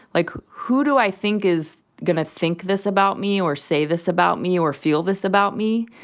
like, who do i think is going to think this about me or say this about me or feel this about me?